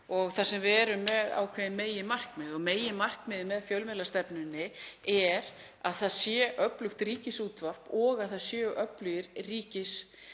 þar sem við erum með ákveðin meginmarkmið. Meginmarkmiðið með fjölmiðlastefnunni er að það sé öflugt ríkisútvarp og að það séu öflugir einkareknir